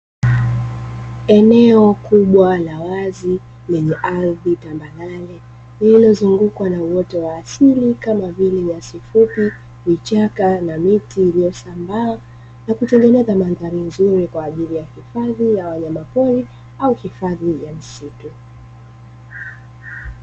Eneo kubwa la wazi lenye ardhi tambarare ilozungukwa uoto wa asili kama vile; nyasi fupi, vichaka na miti uliyosambaa na kutengeneza mandhari nzuri kwa ajili ya uhifadhi ya wanyama pori au hifadhi ya misitu.